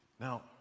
Now